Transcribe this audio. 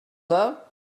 club